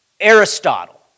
Aristotle